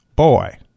Boy